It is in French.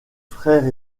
frère